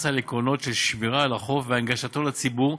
על עקרונות של שמירה על החוף והנגשתו לציבור,